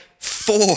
Four